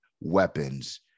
weapons